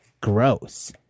gross